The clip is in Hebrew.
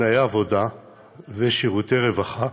תנאי עבודה ושירותי רווחה,